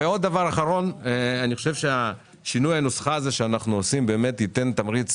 דבר אחרון אני חושב ששינוי הנוסחה הזה שאנחנו עושים באמת ייתן תמריץ